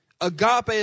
Agape